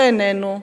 שאיננו,